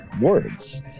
words